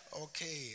Okay